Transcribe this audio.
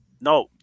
no